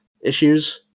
issues